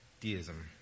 deism